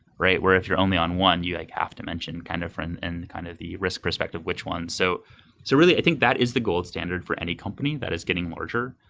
right? where if you're only on one, you like have to mention kind of and and the kind of the risk perspective which one. so so really, i think that is the gold standard for any company that is getting larger.